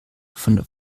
von